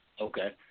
Okay